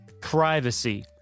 Privacy